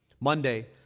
Monday